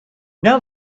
now